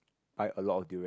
buy a lot of durian